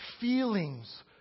feelings